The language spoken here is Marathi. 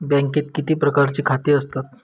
बँकेत किती प्रकारची खाती असतत?